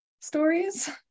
stories